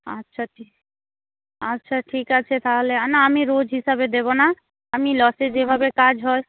আচ্ছা আচ্ছা আচ্ছা ঠিক আছে তাহলে না আমি রোজ হিসাবে দেবো না আমি লটে যেভাবে কাজ হয়